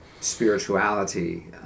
spirituality